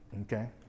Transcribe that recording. okay